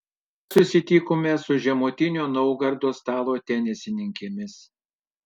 finale susitikome su žemutinio naugardo stalo tenisininkėmis